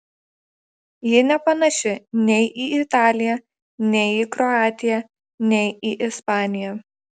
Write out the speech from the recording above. ji nepanaši nei į italiją nei į kroatiją nei į ispaniją